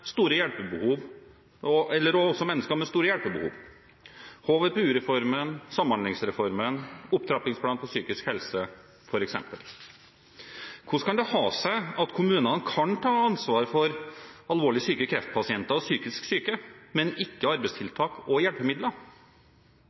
store hjelpebehov, det gjelder f.eks. HVPU-reformen, Samhandlingsreformen og Opptrappingsplanen for psykisk helse. Hvordan kan det ha seg at kommunene kan ta ansvar for alvorlig syke kreftpasienter og psykisk syke, men ikke for arbeidstiltak og hjelpemidler?